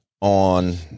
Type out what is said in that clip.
on